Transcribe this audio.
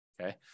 Okay